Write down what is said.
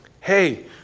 hey